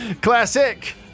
classic